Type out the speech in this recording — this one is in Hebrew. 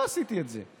לא עשיתי את זה.